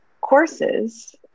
courses